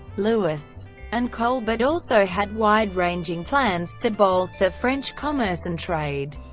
louis and colbert also had wide-ranging plans to bolster french commerce and trade.